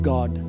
God